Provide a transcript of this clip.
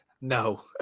No